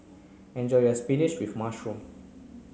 enjoy your spinach with mushroom